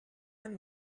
and